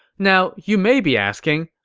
now, you may be asking,